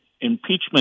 impeachment